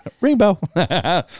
rainbow